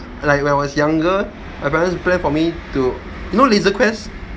like when I was younger my parents plan for me to you know laser quest